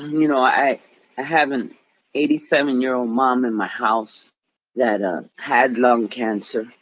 you know, i have an eighty seven year old mom in my house that had lung cancer,